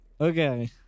Okay